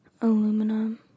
aluminum